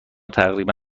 تقریبا